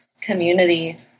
community